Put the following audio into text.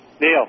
Neil